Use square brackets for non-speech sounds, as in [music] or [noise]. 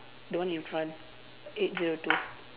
the one in front eight zero two [noise]